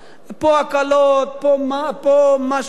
פה הקלות, פה מס שבח.